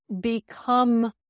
become